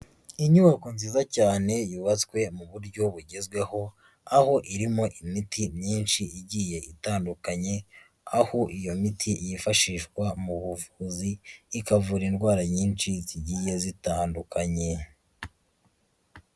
Inyubako nziza cyane yubatswe mu buryo bugezweho, aho irimo imiti myinshi igiye itandukanye, aho iyo miti yifashishwa mu buvuzi, ikavura indwara nyinshi zigiye zitandukanye.